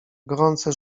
gorące